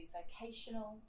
vocational